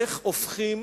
איך הופכים